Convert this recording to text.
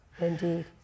Indeed